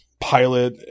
Pilot